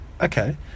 Okay